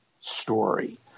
story